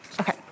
Okay